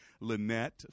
Lynette